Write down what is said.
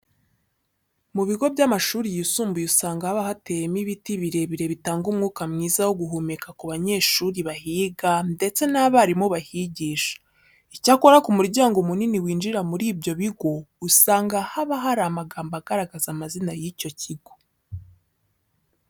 Mu bigo by'amashuri yisumbuye usanga haba hateyemo ibiti birebire bitanga umwuka mwiza wo guhumeka ku banyeshuri bahiga ndetse n'abarimu bahigisha. Icyakora ku muryango munini winjira muri ibyo bigo usanga haba hari amagambo agaragaza amazina y'icyo kigo.